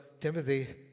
Timothy